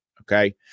Okay